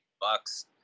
bucks